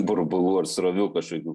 burbulų ir srovių kažkokių